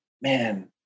man